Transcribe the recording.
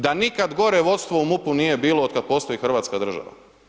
Da nikad gore vodstvo u MUP-u nije bilo od kad postoji Hrvatska država.